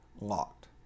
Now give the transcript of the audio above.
LOCKED